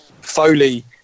foley